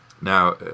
Now